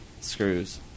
screws